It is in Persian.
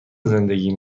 زندگی